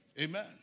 Amen